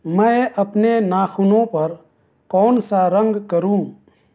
میں اپنے ناخنوں پر کون سا رنگ کروں